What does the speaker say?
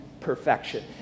perfection